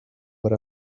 what